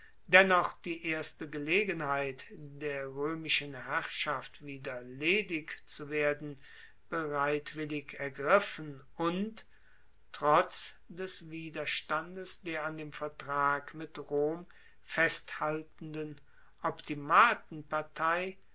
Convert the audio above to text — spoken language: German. dennoch die erste gelegenheit der roemischen herrschaft wieder ledig zu werden bereitwillig ergriffen und trotz des widerstandes der an dem vertrag mit rom festhaltenden